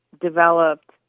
developed